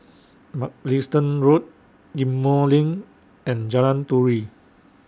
Mugliston Road Ghim Moh LINK and Jalan Turi